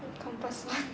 compass one